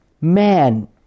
man